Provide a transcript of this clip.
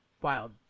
wild